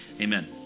Amen